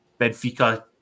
Benfica